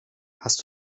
hast